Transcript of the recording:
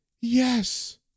yes